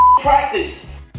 practice